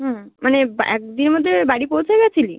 হুম মানে এক দিনের মধ্যে বাড়ি পৌঁছে গিয়েছিলি